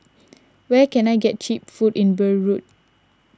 where can I get Cheap Food in Beirut